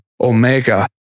omega